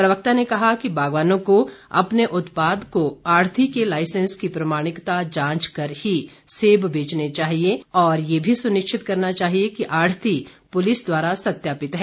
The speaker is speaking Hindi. प्रवक्ता ने कहा कि बागवानों को अपने उत्पाद को आढ़ती के लाइसेंस की प्रमाणिकता जांच कर ही सेब बेचने चाहिए और ये भी सुनिश्चित करना चाहिए कि आढ़ती पुलिस द्वारा सत्यापित है